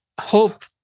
hope